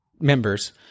members